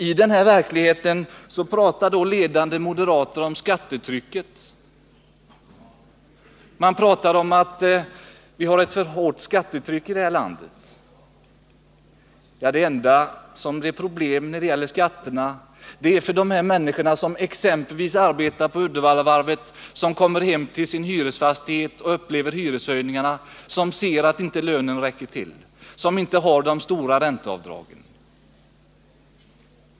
I denna verklighet pratar ledande moderater om skattetrycket — att vi har ett för hårt skattetryck i det här landet. Ja, det enda problemet när det gäller skatterna för de människor som arbetar på exempelvis Uddevallavarvet är att de, när de kommer hem till sina hyreslägenheter och upplever hyreshöjningarna, finner att lönen inte räcker till. De människorna kan ju inte göra stora ränteavdrag.